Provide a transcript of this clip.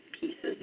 pieces